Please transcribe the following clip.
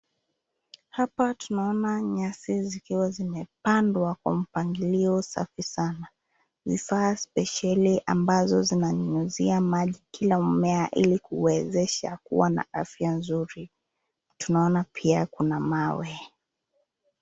Hapa tunaona nyasi zikiwa zimepandwa kwa mpangilio safi sana. Vifaa spesheli ambazo zinanyunyizia maji kila mmea ili kuwezesha kuwa na afya nzuri. Tunaona pia kuna mawe.